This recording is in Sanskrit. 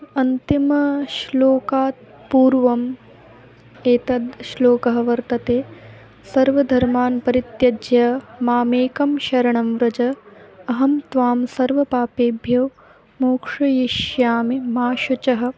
अन्तिमश्लोकात् पूर्वम् एतद् श्लोकः वर्तते सर्वधर्मान् परित्यज्य मामेकं शरणं व्रज अहं त्वा सर्वपापेभ्यो मोक्षयिष्यामि मा शुचः